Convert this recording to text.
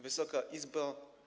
Wysoka Izbo!